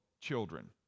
children